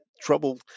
trouble